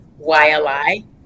YLI